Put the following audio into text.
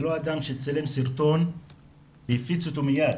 זה לא אדם שצילם סרטון והפיץ אותו מייד.